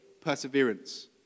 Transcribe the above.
perseverance